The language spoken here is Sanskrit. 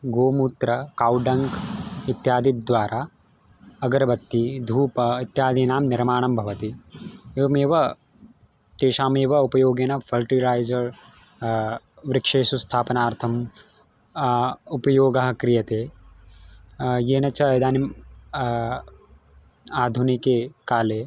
गोमूत्र कौ डङ्क् इत्यादि द्वारा अगरबत्ती धूप इत्यादीनां निर्माणं भवति एवमेव तेषामेव उपयोगेन फ़ल्टिराय्ज़र् वृक्षेषु स्थापनार्थम् उपयोगः क्रियते येन च इदानीम् आधुनिके काले